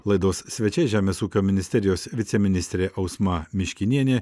laidos svečiai žemės ūkio ministerijos viceministrė ausma miškinienė